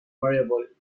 variable